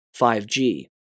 5G